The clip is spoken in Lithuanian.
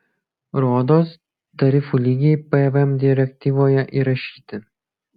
rodos tarifų lygiai pvm direktyvoje įrašyti